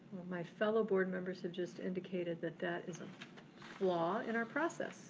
well my fellow board members have just indicated that that is a flaw in our process